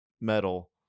metal